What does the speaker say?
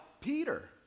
Peter